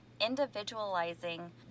individualizing